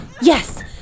Yes